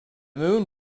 moon